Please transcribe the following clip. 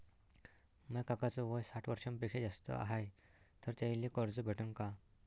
माया काकाच वय साठ वर्षांपेक्षा जास्त हाय तर त्याइले कर्ज भेटन का?